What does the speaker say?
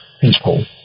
people